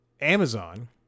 Amazon